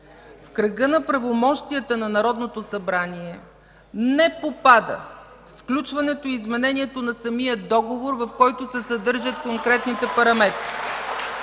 В кръга на правомощията на Народното събрание не попада сключването и изменението на самия договор, в който се съдържат конкретните параметри.